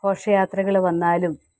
ഘോഷയാത്രകൾ വന്നാലും